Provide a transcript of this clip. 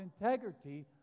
integrity